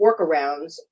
workarounds